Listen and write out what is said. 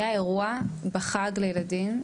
היה אירוע בחג לילדים,